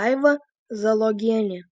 daiva zalogienė